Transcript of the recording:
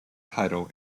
title